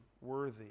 worthy